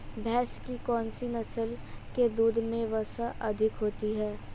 भैंस की कौनसी नस्ल के दूध में वसा अधिक होती है?